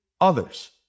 others